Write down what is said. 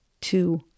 two